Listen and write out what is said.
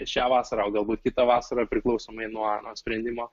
šią vasarą o galbūt kitą vasarą priklausomai nuo sprendimo